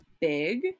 big